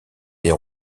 des